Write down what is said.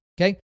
Okay